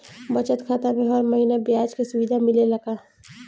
बचत खाता में हर महिना ब्याज के सुविधा मिलेला का?